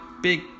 big